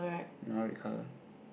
another red colour